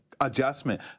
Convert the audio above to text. adjustment